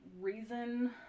reason